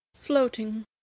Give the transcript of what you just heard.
floating